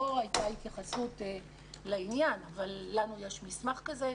לא הייתה התייחסות לעניין אבל לנו יש מסמך כזה.